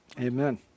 amen